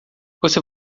você